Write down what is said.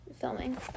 filming